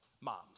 moms